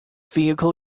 vehicle